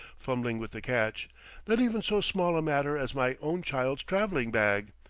fumbling with the catch not even so small a matter as my own child's traveling bag.